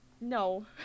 No